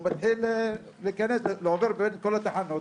הוא מתחיל להיכנס ועובר דרך כל התחנות,